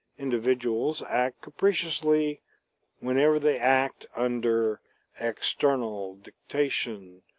individuals act capriciously whenever they act under external dictation,